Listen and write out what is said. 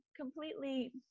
completely